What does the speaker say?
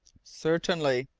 certainly.